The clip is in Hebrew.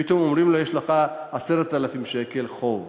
פתאום אומרים לו: יש לך 10,000 שקל חוב.